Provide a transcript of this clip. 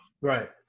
Right